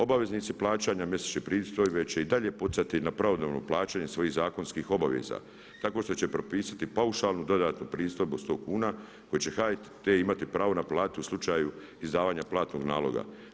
Obaveznici plaćanja mjesečne pristojbe će i dalje pucati na pravodobno plaćanje svojih zakonskih obaveza tako što će propisati paušalnu dodatnu pristojbu od 100 kuna koje će HRT imati pravo naplatiti u slučaju izdavanja platnog naloga.